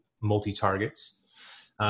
multi-targets